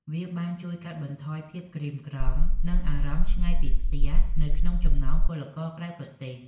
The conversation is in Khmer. វាបានជួយកាត់បន្ថយភាពក្រៀមក្រំ និងអារម្មណ៍ឆ្ងាយពីផ្ទះនៅក្នុងចំណោមពលករក្រៅប្រទេស។